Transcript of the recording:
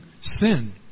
sin